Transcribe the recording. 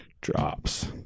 drops